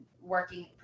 working